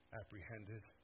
apprehended